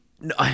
No